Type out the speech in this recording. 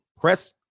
press